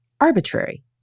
arbitrary